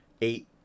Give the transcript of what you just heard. eight